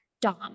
dom